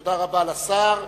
תודה רבה לשר.